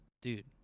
Dude